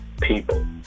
people